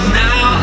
now